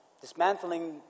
dismantling